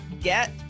get